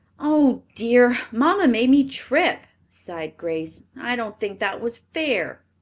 oh, dear, mamma made me trip, sighed grace. i don't think that was fair.